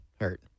hurt